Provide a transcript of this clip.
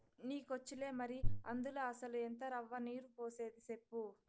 నీకొచ్చులే మరి, అందుల అసల ఎంత రవ్వ, నీరు పోసేది సెప్పు